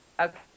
okay